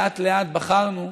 לאט-לאט בחרנו,